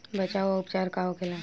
बचाव व उपचार का होखेला?